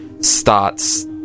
starts